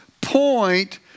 point